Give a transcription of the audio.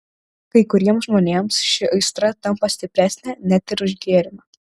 kai kuriems žmonėms ši aistra tampa stipresnė net ir už gėrimą